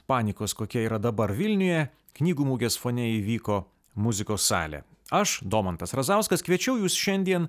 panikos kokia yra dabar vilniuje knygų mugės fone įvyko muzikos salė aš domantas razauskas kviečiau jus šiandien